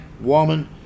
woman